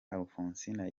alphonsine